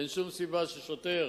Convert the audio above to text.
אין שום סיבה ששוטר